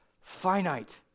finite